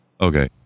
Okay